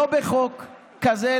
לא בחוק כזה,